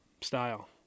Style